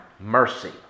mercy